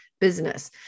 business